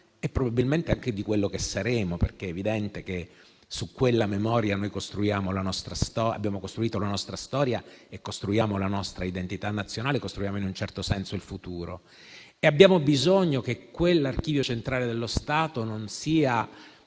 e probabilmente anche di ciò che saremo. È evidente che su quella memoria abbiamo costruito la nostra storia, costruiamo la nostra identità nazionale e in un certo senso anche il nostro futuro. Abbiamo bisogno che quell'Archivio centrale dello Stato non sia